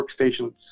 workstations